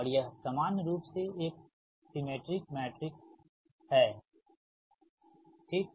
और यह सामान्य रूप से एक सिमेट्रिक मैट्रिक्स हैYi jYj i ठीक